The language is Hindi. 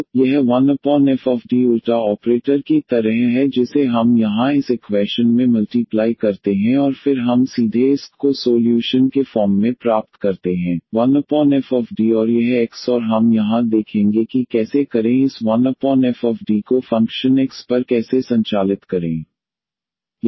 तो यह 1fD उलटा ऑपरेटर की तरह है जिसे हम यहां इस इक्वैशन में मल्टीप्लाई करते हैं और फिर हम सीधे इस y को सोल्यूशन के फॉर्म में प्राप्त करते हैं 1fD और यह x और हम यहां देखेंगे कि कैसे करें इस 1fD को फंक्शन X पर कैसे संचालित करें यहाँ X का एक फंक्शन है